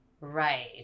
right